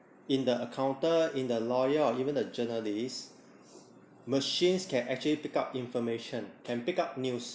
in the accountant in the lawyer or even a journalist machines can actually pick up information can pick up news